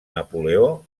napoleó